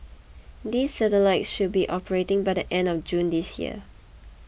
these satellites should be operating by the end of June this year